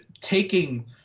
taking